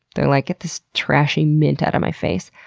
they're like get this trashy mint out of my face,